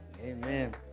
amen